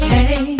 Hey